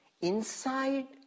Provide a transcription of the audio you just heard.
Inside